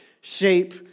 shape